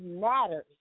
matters